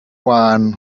one